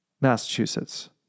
Massachusetts